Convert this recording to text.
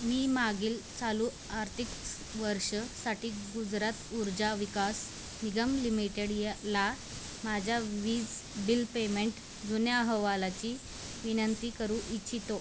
मी मागील चालू आर्थिक स् वर्षासाठी गुजरात ऊर्जा विकास निगम लिमिटेड या ला माझ्या वीज बिल पेमेंट जुन्या अहवालाची विनंती करू इच्छितो